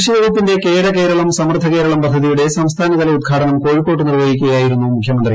കൃഷിവകുപ്പിന്റെ കേര കേരളം സമൃദ്ധകേരളം പദ്ധതിയുടെ സംസ്ഥാനതല ഉദ്ഘാടനം കോഴിക്കോട്ട് നിർവഹിക്കുകയായിരുന്നു മുഖ്യമന്ത്രി